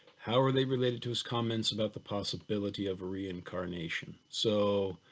how are they related to his comments about the possibility of reincarnation? so,